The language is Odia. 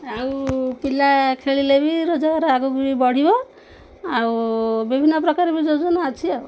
ଆଉ ପିଲା ଖେଳିଲେ ବି ରୋଜଗାର ଆଗକୁ ବି ବଢ଼ିବ ଆଉ ବିଭିନ୍ନ ପ୍ରକାର ବି ଯୋଜନା ଅଛି ଆଉ